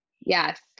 Yes